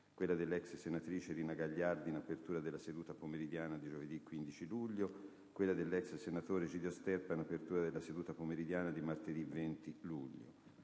quella dell'ex senatrice Rina Gagliardi in apertura della seduta pomeridiana di giovedì 15 luglio; quella dell'ex senatore Egidio Sterpa in apertura della seduta pomeridiana di martedì 20 luglio.